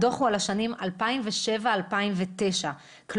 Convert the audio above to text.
הדוח הוא על השנים 2009-2007 - כלומר,